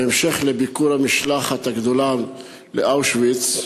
בהמשך לביקור המשלחת הגדולה באושוויץ,